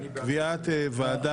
קיבלת שאני בעד